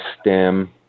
stem